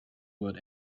wood